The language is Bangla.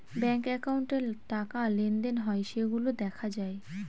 ব্যাঙ্ক একাউন্টে টাকা লেনদেন হয় সেইগুলা দেখা যায়